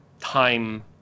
time